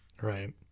right